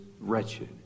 wretched